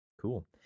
Cool